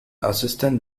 assistant